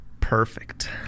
Perfect